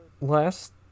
last